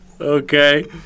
Okay